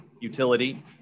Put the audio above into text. utility